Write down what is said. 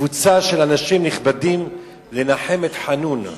קבוצת אנשים נכבדים, לנחם את חנון,